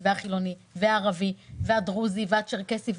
החילוני, הערבי, הדרוזי והצ'רקסי.